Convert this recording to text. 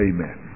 Amen